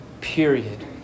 period